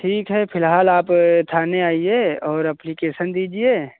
ठीक है फिलहाल आप थाने आईए और एप्लीकेसन दीजिए